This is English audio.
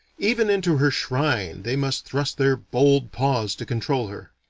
even into her shrine they must thrust their bold paws to control her.